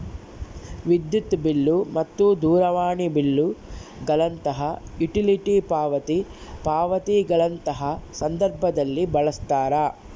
ವಿದ್ಯುತ್ ಬಿಲ್ ಮತ್ತು ದೂರವಾಣಿ ಬಿಲ್ ಗಳಂತಹ ಯುಟಿಲಿಟಿ ಪಾವತಿ ಪಾವತಿಗಳಂತಹ ಸಂದರ್ಭದಲ್ಲಿ ಬಳಸ್ತಾರ